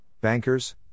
bankers